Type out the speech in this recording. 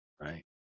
right